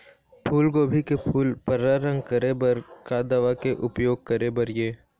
फूलगोभी के फूल पर्रा रंग करे बर का दवा के उपयोग करे बर ये?